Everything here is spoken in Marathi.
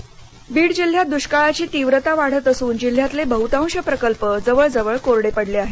बीडः बीड जिल्ह्यात दृष्काळाची तीव्रता वाढत असून जिल्ह्यातले बहुतांश प्रकल्प जवळजवळ कोरडे पडले आहेत